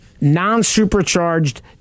non-supercharged